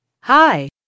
Hi